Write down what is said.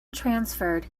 transferred